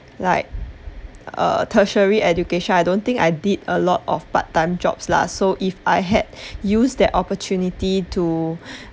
like err tertiary education I don't think I did a lot of part time job lah so if I had use that opportunity to